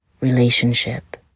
relationship